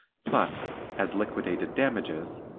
plus, as liquidated damages,